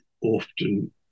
often